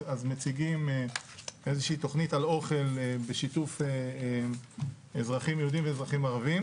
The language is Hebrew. אז מציגים איזושהי תוכנית על אוכל בשיתוף אזרחים יהודים ואזרחים ערבים.